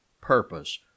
purpose